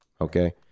Okay